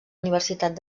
universitat